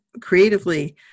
creatively